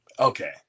Okay